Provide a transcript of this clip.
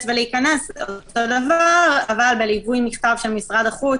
ולהיכנס אותו דבר אבל בליווי מכתב של משרד החוץ